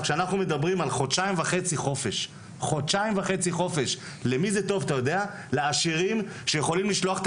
חודשים וחצי של חופש טובים לעשירים שיכולים לשלוח את